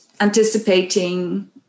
anticipating